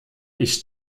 ich